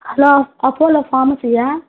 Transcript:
hello Apollo ఫార్మసీయా